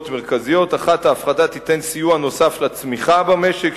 מרכזיות: 1. ההפחתה תיתן סיוע נוסף לצמיחה במשק,